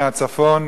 מהצפון,